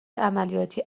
عملیاتی